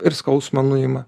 ir skausmą nuima